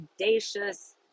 audacious